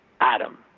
Adam